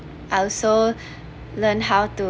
I also learn how to